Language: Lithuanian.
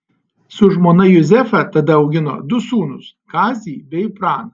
su žmona juzefa tada augino du sūnus kazį bei praną